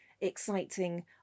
exciting